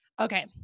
Okay